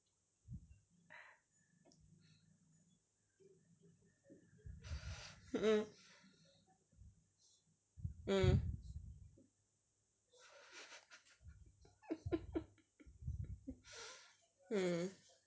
mm mm